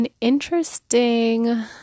interesting